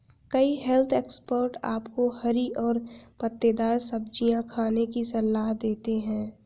कई health expert आपको हरी और पत्तेदार सब्जियां खाने की सलाह देते हैं